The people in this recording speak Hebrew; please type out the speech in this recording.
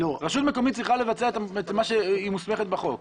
רשות מקומית צריכה לבצע את מה שהיא מוסמכת בחוק.